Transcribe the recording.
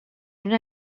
una